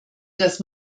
das